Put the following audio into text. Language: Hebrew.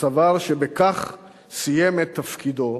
וסבר שבכך סיים את תפקידו: